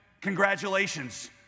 congratulations